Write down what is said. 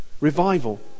Revival